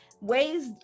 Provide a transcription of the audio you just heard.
ways